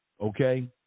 okay